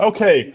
Okay